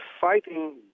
fighting